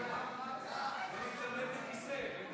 מי יסרב לכיסא.